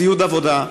ציוד עבודה,